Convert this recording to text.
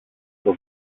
στο